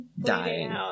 Dying